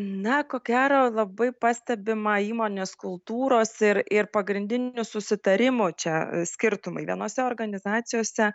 na ko gero labai pastebima įmonės kultūros ir ir pagrindinių susitarimų čia skirtumai vienose organizacijose